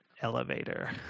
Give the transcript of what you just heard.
elevator